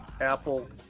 apple